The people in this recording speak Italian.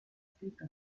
scritta